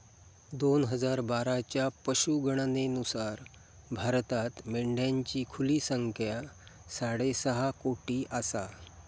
दोन हजार बाराच्या पशुगणनेनुसार भारतात मेंढ्यांची खुली संख्या साडेसहा कोटी आसा